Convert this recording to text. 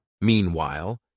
Meanwhile